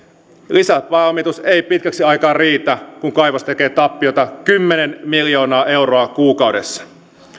lisäpääomitus ei pitkäksi aikaa riitä kun kaivos tekee tappiota kymmenen miljoonaa euroa kuukaudessa